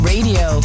Radio